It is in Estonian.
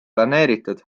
planeeritud